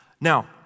Now